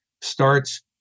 starts